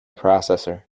processor